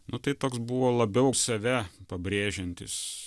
nu tai toks buvo labiau save pabrėžiantis